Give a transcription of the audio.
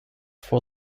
for